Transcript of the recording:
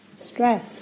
stress